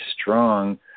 strong